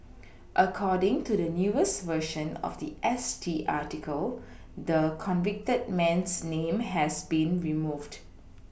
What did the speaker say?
according to the newest version of the S T article the convicted man's name has been removed